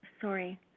Sorry